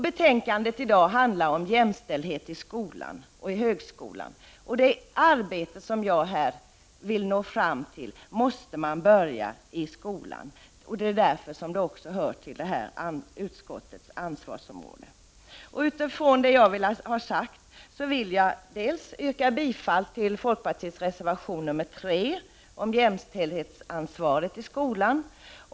Betänkandet i dag handlar om jämställdhet i skolan och i högskolan, och det arbete som jag här vill nå fram till måste man börja i skolan. Det är därför som det här hör till utbildningsutskottets ansvarsområde. Utifrån det jag vill ha sagt vill jag yrka bifall till folkpartiets reservation 3 om jämställdhetsansvaret i skolan.